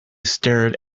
stared